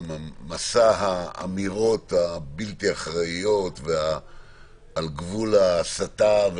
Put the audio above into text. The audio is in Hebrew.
למסע האמירות הבלתי אחראיות על גבול ההסתה,